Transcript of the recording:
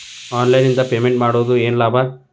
Online ನಿಂದ payment ಮಾಡುವುದರಿಂದ ಏನು ಲಾಭ?